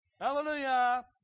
Hallelujah